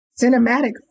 cinematic